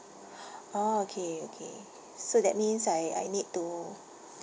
orh okay okay so that means I I need to